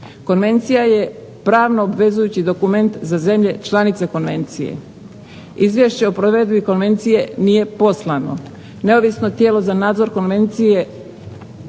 Konvencija je pravno obvezujući dokument za zemlje članice konvencije. Izvješće o provedbi konvencije nije poslano. Neovisno tijelo za nadzor konvencije